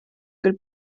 küll